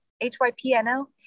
H-Y-P-N-O